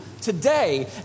today